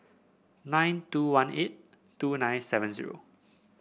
nine two one eight two nine seven zero